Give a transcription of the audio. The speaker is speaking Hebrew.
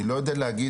אני לא יודע להגיד,